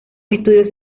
estudios